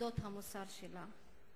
ולעניין המוסר שלה.